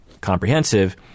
comprehensive